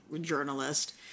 journalist